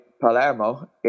Palermo